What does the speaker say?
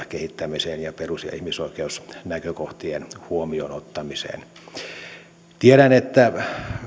kehittämiseen ja perus ja ihmisoikeusnäkökohtien huomioon ottamiseen tiedän että